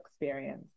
experience